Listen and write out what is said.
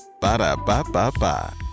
Ba-da-ba-ba-ba